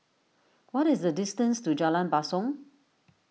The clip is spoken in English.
what is the distance to Jalan Basong